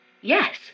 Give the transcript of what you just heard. Yes